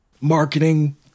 marketing